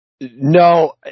No